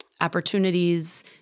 opportunities